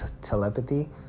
telepathy